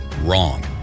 Wrong